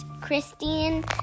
Christian